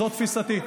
זו תפיסתי.